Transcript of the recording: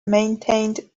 maintained